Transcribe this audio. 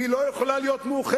והיא לא יכולה להיות מאוחדת,